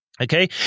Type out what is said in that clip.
Okay